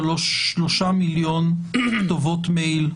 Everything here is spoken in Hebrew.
שלושה מיליון כתובות מייל.